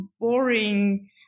boring